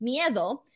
Miedo